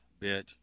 Bitch